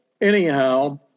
anyhow